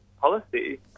policy